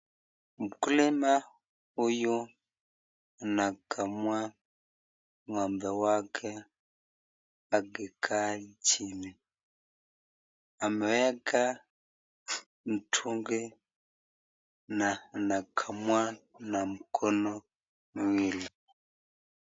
Mkulima huyu anakamua ng'ombe wake akikaa chini. Ameweka mtungi na anakamua na mkono miwili.